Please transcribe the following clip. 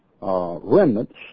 remnants